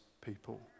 people